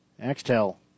Axtell